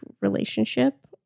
relationship